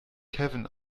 kevin